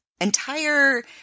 entire